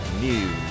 News